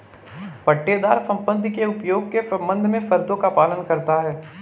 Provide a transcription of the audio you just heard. पट्टेदार संपत्ति के उपयोग के संबंध में शर्तों का पालन करता हैं